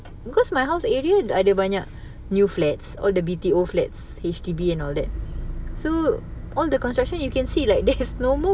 because my house area ada banyak new flats all the B_T_O flats H_D_B and all that so all the construction you can see like there's no more